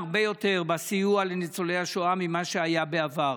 הרבה יותר בסיוע לניצולי השואה ממה שהיה בעבר.